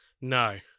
no